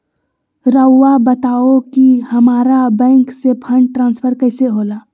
राउआ बताओ कि हामारा बैंक से फंड ट्रांसफर कैसे होला?